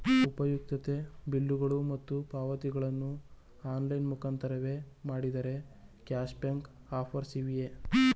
ಉಪಯುಕ್ತತೆ ಬಿಲ್ಲುಗಳು ಮತ್ತು ಪಾವತಿಗಳನ್ನು ಆನ್ಲೈನ್ ಮುಖಾಂತರವೇ ಮಾಡಿದರೆ ಕ್ಯಾಶ್ ಬ್ಯಾಕ್ ಆಫರ್ಸ್ ಇವೆಯೇ?